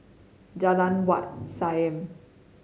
Jalan Wat Siam